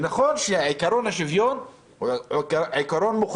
נכון שעקרון השוויון הוא מוחלט,